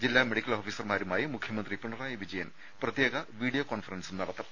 ജില്ലാ മെഡിക്കൽ ഓഫീ സർമാരുമായി മുഖ്യമന്ത്രി പിണറായി വിജയൻ പ്രത്യേക വീഡിയോ കോൺഫറൻസും നടത്തും